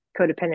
codependent